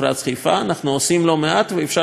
אנחנו עושים לא מעט, ואפשר לעשות יותר.